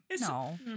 No